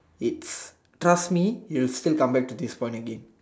it's trust me you will still come back to this point